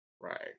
Right